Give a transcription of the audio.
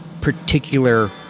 particular